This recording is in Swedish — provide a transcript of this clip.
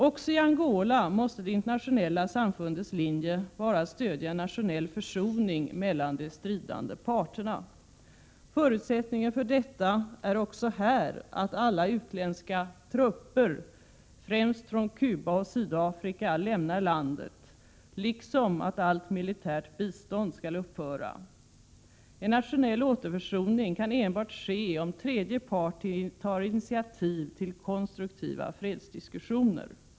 Också i Angola måste det internationella samfundets linje vara att stödja en nationell försoning mellan de stridande parterna. Förutsättningen för detta är också här att alla utländska trupper, främst från Cuba och Sydafrika, lämnar landet liksom att allt militärt bistånd skall upphöra. En nationell återförsoning kan enbart ske om tredje part tar initiativ till konstruktiva fredsdiskussioner.